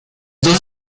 dos